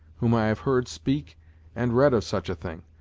whom i have heard speak and read of such a thing.